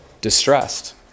distressed